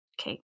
Okay